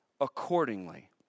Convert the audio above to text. accordingly